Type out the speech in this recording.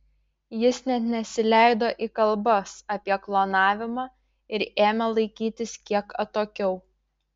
jis net nesileido į kalbas apie klonavimą ir ėmė laikytis kiek atokiau